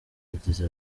yagize